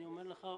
אני אומר לך,